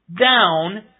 down